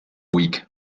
week